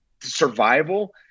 survival